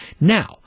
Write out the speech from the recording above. now